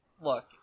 look